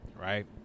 right